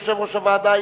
יושב-ראש הוועדה,